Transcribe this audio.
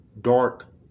dark